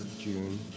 June